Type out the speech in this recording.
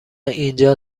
اینجا